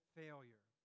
failure